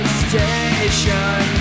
station